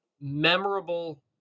memorable